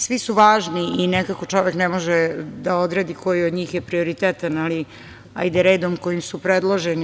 Svi su važni i nekako čovek ne može da odredi koji od njih je prioritetan, ali hajde redom kojim su predloženi.